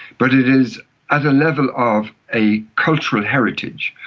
but it is at a level of a cultural heritage,